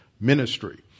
ministry